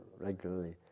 regularly